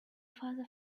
father